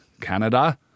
Canada